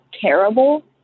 terrible